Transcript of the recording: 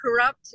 corrupt